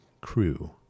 crew